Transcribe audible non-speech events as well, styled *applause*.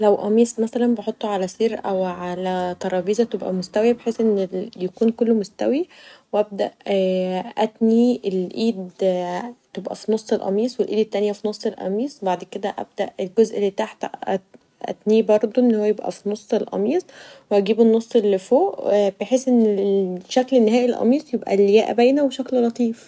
لو قميص مثلا بحطه علي سرير أو علي طرابيزه تبقي مستويه بحيث يكون كله مستوي و أبدا *hesitation* أتني الايد تبقي في نص القميص والأيد التانيه في نص القميص و بعد كدا أبدا الجزء اللي تحت اتنيه برضو يكون في نص القميص واجيب النص اللي فوق بحيث الشكل نهائي للقميص اللايقه باينه و شكله لطيف.